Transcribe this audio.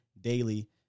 daily